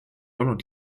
olnud